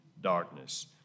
darkness